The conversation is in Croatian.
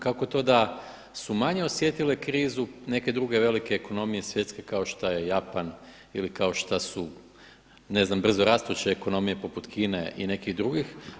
Kako to da su manje osjetile krizu neke druge velike ekonomije svjetske kao što je Japan ili kao šta su, ne znam, brzorastuče ekonomije poput Kine i nekih drugih?